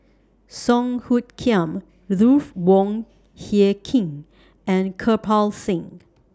Song Hoot Kiam Ruth Wong Hie King and Kirpal Singh